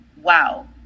wow